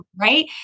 right